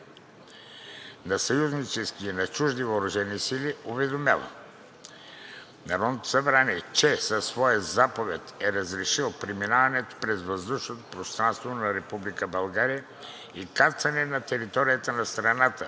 на съюзнически и на чужди въоръжени сили уведомява Народното събрание, че със своя заповед е разрешил преминаването през въздушното пространство на Република България и кацане на територията на страната